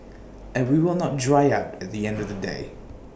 and we will not dry out at the end of the day